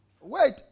wait